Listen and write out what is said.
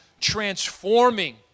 transforming